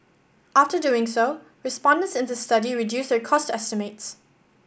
after doing so respondents in the study reduced their cost estimates